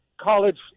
college